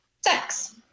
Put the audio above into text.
sex